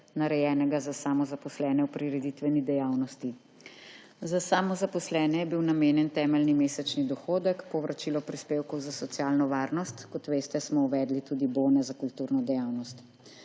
narejenega za samozaposlene v prireditveni dejavnosti. Za samozaposlene je bil namenjen temeljni mesečni dohodek, povračilo prispevkov za socialno varnost; kot veste, smo uvedli tudi bone za kulturno dejavnost.